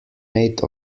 made